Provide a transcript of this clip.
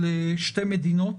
אלה שתי מדינות,